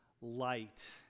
light